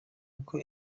ubwo